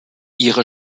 ihre